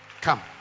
Come